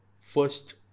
first